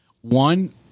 one